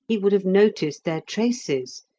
he would have noticed their traces,